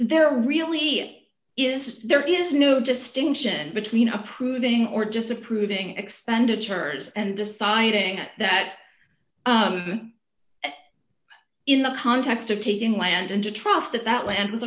there really is there is no distinction between approving or disapproving expenditures and deciding that in the context of taking land and to trust that that land